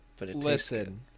Listen